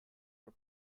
are